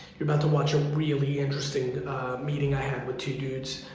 you're about to watch a really interesting meeting i had with two dudes.